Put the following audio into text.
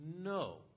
no